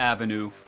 Avenue